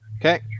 Okay